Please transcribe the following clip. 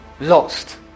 lost